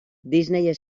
disney